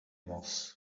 moss